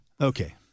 Okay